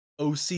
oc